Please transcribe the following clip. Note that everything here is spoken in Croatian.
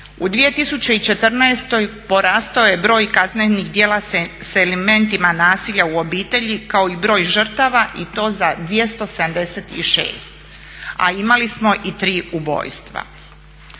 U 2014.porastao je broj kaznenih djela s elementima nasilja u obitelji kao i broj žrtava i to za 276, a imali smo i 3 ubojstva.